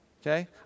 okay